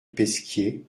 pesquier